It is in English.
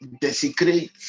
desecrate